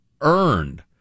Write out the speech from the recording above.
earned